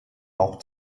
auch